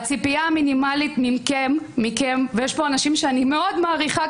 הציפייה המינימלית מכם ויש פה אנשים שאני מאוד מעריכה,